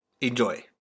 Enjoy